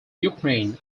ukraine